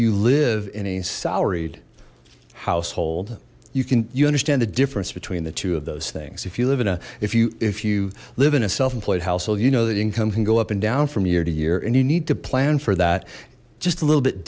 you live in a salaried household you can you understand the difference between the two of those things if you live in a if you if you live in a self employed household you know that income can go up and down from year to year and you need to plan for that just a little bit